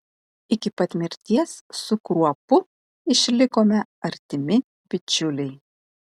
iki pat mirties su kruopu išlikome artimi bičiuliai